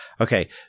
Okay